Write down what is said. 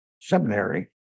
seminary